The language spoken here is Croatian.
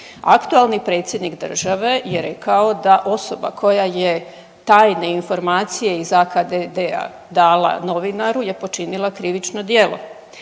Aktualni predsjednik države je rekao da osoba koja je tajne informacije iz AKD-a dala novinaru je počinila krivično djelo.